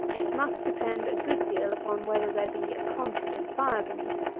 it must depend a good deal upon whether there be a constant fire beneath,